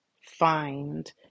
find